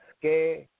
Que